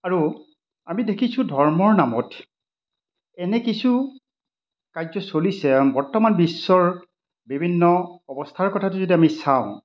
আৰু আমি দেখিছোঁ ধৰ্মৰ নামত এনে কিছু কাৰ্য চলিছে বৰ্তমান বিশ্বৰ বিভিন্ন অৱস্থাৰ কথাটো যদি আমি চাওঁ